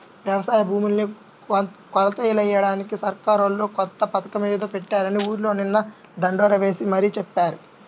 యవసాయ భూముల్ని కొలతలెయ్యడానికి సర్కారోళ్ళు కొత్త పథకమేదో పెట్టారని ఊర్లో నిన్న దండోరా యేసి మరీ చెప్పారు